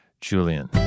Julian